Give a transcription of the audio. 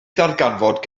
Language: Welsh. ddarganfod